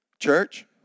Church